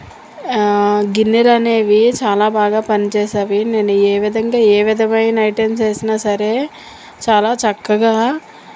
గిన్నెలు అనేవి చాలా బాగా పనిచేసాయి ఏ విధంగా ఏ విధమైన ఐటం చేసిన సరే చాలా చక్కగా